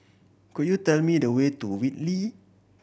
could you tell me the way to Whitley